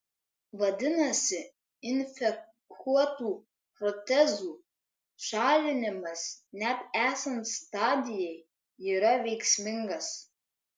vadinasi infekuotų protezų šalinimas net esant stadijai yra veiksmingas